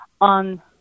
on